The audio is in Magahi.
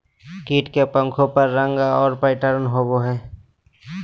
कीट के पंखों पर रंग और पैटर्न होबो हइ